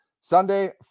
Sunday